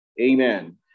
Amen